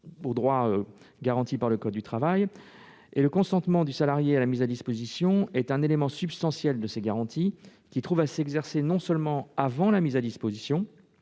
aux droits garantis par le code du travail. Le consentement du salarié à la mise à disposition est un élément substantiel de ces garanties, qui trouve à s'exercer non seulement avant la mise à disposition,